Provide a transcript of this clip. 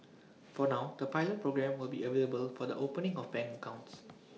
for now the pilot programme will be available for the opening of bank accounts